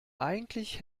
eigentlich